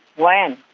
when?